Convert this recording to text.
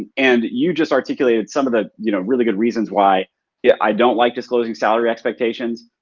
and you just articulated some of the you know really good reasons why yeah i don't like disclosing salary expectations.